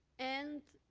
and.